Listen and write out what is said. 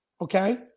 Okay